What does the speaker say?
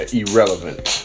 irrelevant